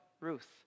Ruth